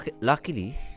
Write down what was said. Luckily